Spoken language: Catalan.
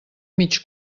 mig